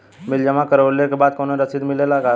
Bill जमा करवले के बाद कौनो रसिद मिले ला का?